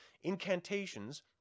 incantations